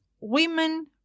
women